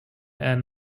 and